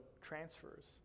transfers